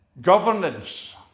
governance